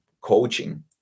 coaching